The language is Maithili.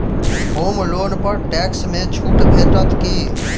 होम लोन पर टैक्स मे छुट भेटत की